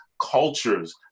cultures